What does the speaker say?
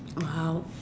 !wow!